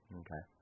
okay